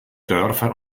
dörfer